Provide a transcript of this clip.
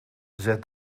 zet